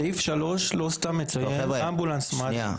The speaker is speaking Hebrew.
סעיף 3 לא סתם מציין אמבולנס מד"א.